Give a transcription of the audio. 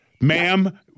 Ma'am